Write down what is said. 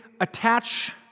attach